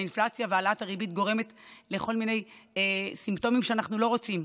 והאינפלציה והעלאת הריבית גורמות לכל מיני סימפטומים שאנחנו לא רוצים.